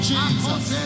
Jesus